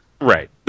Right